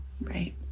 Right